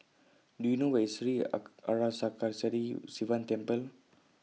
Do YOU know Where IS Sri Arasakesari Sivan Temple